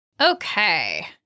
Okay